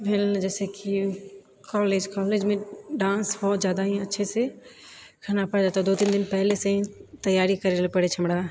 भेल जाहिसँ कि कॉलेज कॉलेजमे डान्स बहुत जादा ही अच्छेसँ करना पड़ जाता है दु तीन दिन पहलेसँ ही तैयारी करए लए पड़ैछै हमरा